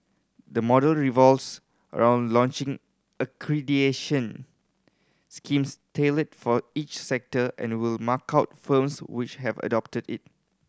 the model revolves around launching accreditation schemes tailored for each sector and will mark out firms which have adopted it